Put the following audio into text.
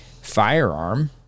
firearm